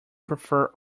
prefer